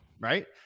Right